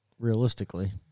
Realistically